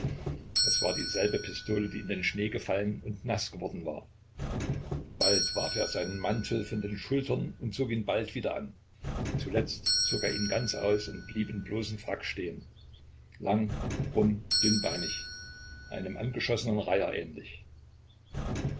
es war dieselbe pistole die in den schnee gefallen und naß geworden war bald warf er seinen mantel von den schultern und zog ihn bald wieder an zuletzt zog er ihn ganz aus und blieb im bloßen frack stehen lang krumm dünnbeinig einem angeschossenen reiher ähnlich